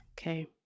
Okay